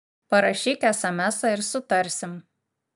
parašyk esemesą ir sutarsim